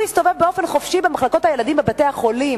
הוא הסתובב באופן חופשי במחלקות הילדים בבתי-החולים.